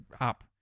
up